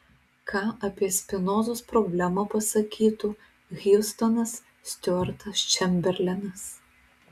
ką apie spinozos problemą pasakytų hiustonas stiuartas čemberlenas